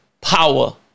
power